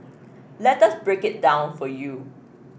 let us break it down for you